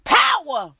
power